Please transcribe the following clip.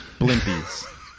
blimpies